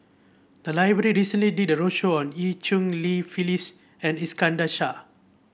the library recently did a roadshow on Eu Cheng Li Phyllis and Iskandar Shah